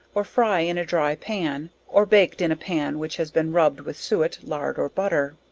or fry in a dry pan, or baked in a pan which has been rub'd with suet, lard or butter.